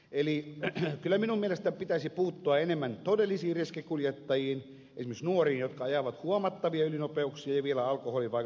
eli kyllä minun mielestäni pitäisi puuttua enemmän todellisiin riskikuljettajiin esimerkiksi nuoriin jotka ajavat huomattavia ylinopeuksia ja vielä alkoholin vaikutuksen alaisena